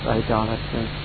idolatry